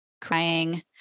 crying